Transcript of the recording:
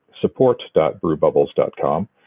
support.brewbubbles.com